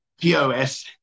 POS